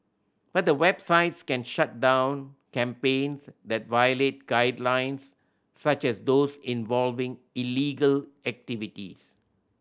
but the websites can shut down campaigns that violate guidelines such as those involving illegal activities